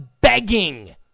begging